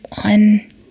One